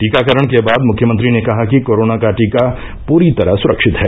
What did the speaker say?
टीकाकरण के बाद मुख्यमंत्री ने कहा कि कोरोना का टीका पूरी तरह सुरक्षित है